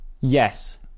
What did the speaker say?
Yes